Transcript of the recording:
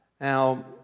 Now